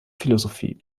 philosophie